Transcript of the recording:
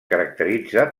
caracteritza